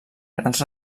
grans